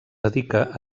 dedica